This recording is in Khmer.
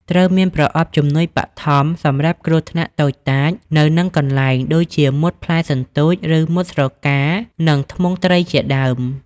ត្រូវមាន ប្រអប់ជំនួយ បឋម សម្រាប់គ្រោះថ្នាក់តូចតាចនៅនឹងកន្លែងដូចជាមុតផ្លែសន្ទូល ឬ មុតស្រកា និងធ្មង់ត្រីជាដើម។